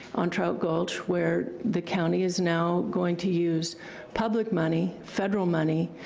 on trout gulch, where the county is now going to use public money, federal money,